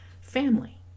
family